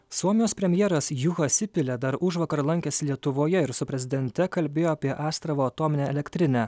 suomijos premjeras juha sipile dar užvakar lankėsi lietuvoje ir su prezidente kalbėjo apie astravo atominę elektrinę